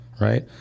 right